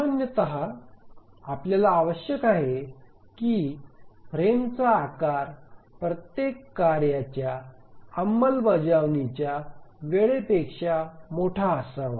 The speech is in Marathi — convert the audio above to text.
सामान्यत आम्हाला आवश्यक आहे की फ्रेमचा आकार प्रत्येक कार्याच्या अंमलबजावणीच्या वेळेपेक्षा मोठा असावा